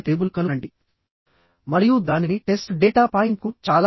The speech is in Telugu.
ఎందుకంటే ఈ భాగం నేరుగా దీనికి కనెక్ట్ చేయబడి ఉంది కనుక